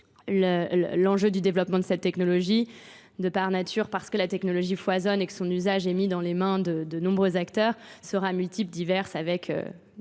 l'enjeu du développement de cette technologie, de par nature parce que la technologie foisonne et que son usage est mis dans les mains de nombreux acteurs, sera multiple, divers avec